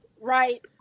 Right